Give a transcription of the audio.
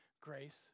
grace